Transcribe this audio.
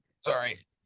Sorry